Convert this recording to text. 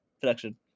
Production